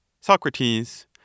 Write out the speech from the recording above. Socrates